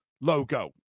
logo